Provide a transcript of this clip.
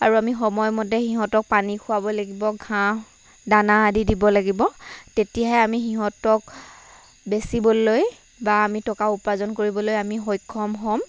আৰু আমি সময়মতে সিহঁতক পানী খোৱাব লাগিব ঘাঁহ দানা আদি দিব লাগিব তেতিয়াহে আমি সিহঁতক বেচিবলৈ বা আমি টকা উপাৰ্জন কৰিবলৈ আমি সক্ষম হ'ম